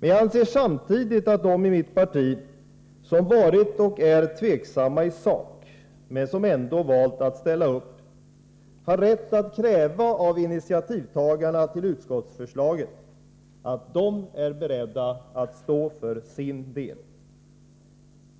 Jag anser emellertid samtidigt att de i mitt parti som varit och är tveksamma i sak, men som ändå valt att ställa upp, har rätt att kräva av dem som tagit initiativ till utskottsförslaget att de är beredda att stå för sin del.